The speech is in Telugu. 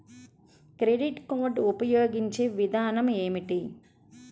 క్రెడిట్ కార్డు ఉపయోగించే విధానం ఏమి?